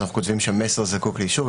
אז כותבים שהמסר זקוק לאישור.